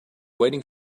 waiting